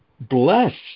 bless